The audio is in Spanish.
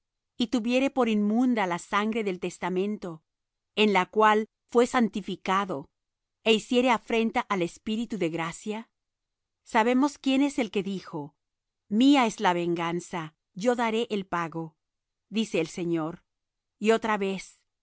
y tuviere por inmunda la sangre del testamento en la cual fué santificado é hiciere afrenta al espíritu de gracia sabemos quién es el que dijo mía es la venganza yo daré el pago dice el señor y otra vez